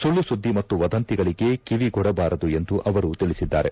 ಸುಳ್ಳು ಸುದ್ದಿ ಮತ್ತು ವದಂತಿಗಳಿಗೆ ಕಿವಿಗೊಡಬಾರದು ಎಂದು ಅವರು ತಿಳಿಸಿದ್ದಾರೆ